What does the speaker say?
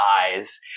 eyes